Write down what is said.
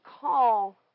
call